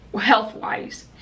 health-wise